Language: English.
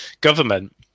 government